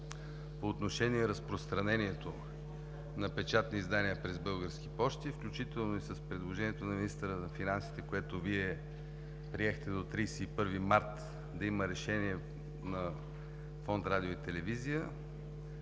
по отношение разпространението на печатни издания през „Български пощи“, включително и с предложението на министъра на финансите, което Вие приехте, до 31 март да има решение на фонд „Радио и телевизия“,